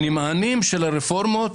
הנמענים של הרפורמות